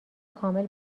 کامل